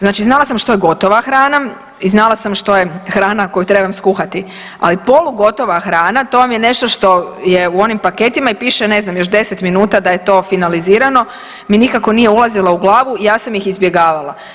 Znači znala sam što je gotova hrana i znala sam što hrana koju trebam skuhati, ali polugotova hrana to vam je nešto što je u onim paketima i piše ne znam još 10 minuta da je to finalizirano, mi nikako nije ulazilo u glavu i ja sam ih izbjegavala.